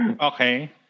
Okay